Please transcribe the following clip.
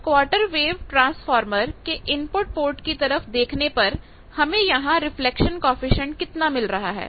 इस quarter wave transformer के input port की तरफ देखने पर हमें यहां रिफ्लेक्शन कॉएफिशिएंट कितना मिल रहा है